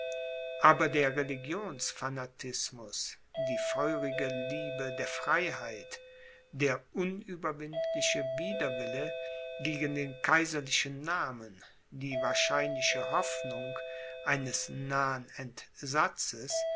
aber der religionsfanatismus die feurige liebe der freiheit der unüberwindliche widerwille gegen den kaiserlichen namen die wahrscheinliche hoffnung eines nahen entsatzes